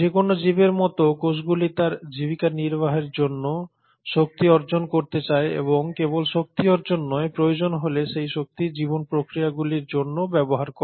যে কোন জীবের মতো কোষগুলি তার জীবিকা নির্বাহের জন্য শক্তি অর্জন করতে চায় এবং কেবল শক্তি অর্জন নয় প্রয়োজন হলে সেই শক্তি জীবন প্রক্রিয়াগুলির জন্যও ব্যবহার করে